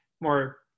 more